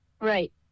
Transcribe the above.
Right